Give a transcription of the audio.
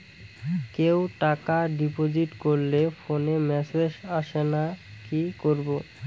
কেউ টাকা ডিপোজিট করলে ফোনে মেসেজ আসেনা কি করবো?